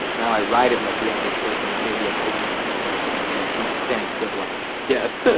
now i ride it like the average person, with maybe a heightened, you know acute sense of like death.